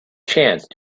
chance